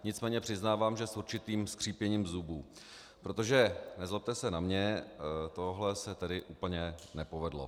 Nicméně přiznávám, že s určitým skřípěním zubů, protože nezlobte se na mě, tohle se tedy úplně nepovedlo.